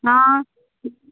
आ